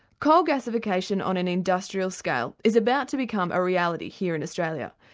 coal gasification on an industrial scale is about to become a reality here in australia.